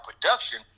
production